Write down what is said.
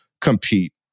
compete